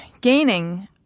gaining